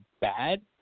bad